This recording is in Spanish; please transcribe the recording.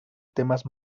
temas